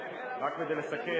רק כדי לסכם,